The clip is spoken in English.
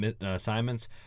assignments